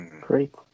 Great